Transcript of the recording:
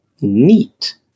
Neat